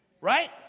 Right